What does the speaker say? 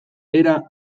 era